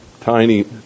Tiny